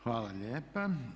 Hvala lijepa.